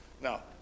Now